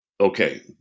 Okay